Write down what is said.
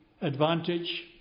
advantage